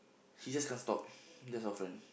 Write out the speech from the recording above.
he just can't stop that's our friend